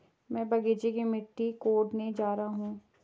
मैं बगीचे की मिट्टी कोडने जा रहा हूं